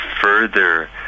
further